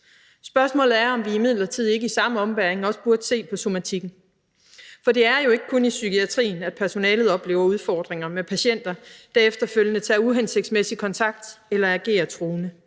Spørgsmålet er, om vi imidlertid ikke i samme ombæring også burde se på somatikken, for det er jo ikke kun i psykiatrien, at personalet oplever udfordringer med patienter, der efterfølgende tager uhensigtsmæssig kontakt eller agerer truende.